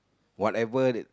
whatever that